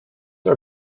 are